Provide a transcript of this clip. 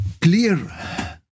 clear